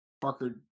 Parker